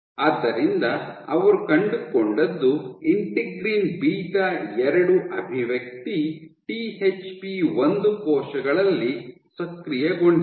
ಆದ್ದರಿಂದ ಅವರು ಕಂಡುಕೊಂಡದ್ದು ಇಂಟಿಗ್ರಿನ್ ಬೀಟಾ ಎರಡು ಅಭಿವ್ಯಕ್ತಿ ಟಿ ಎಚ್ ಪಿ ಒಂದು ಕೋಶಗಳಲ್ಲಿ ಸಕ್ರಿಯಗೊಂಡಿದೆ